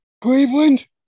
Cleveland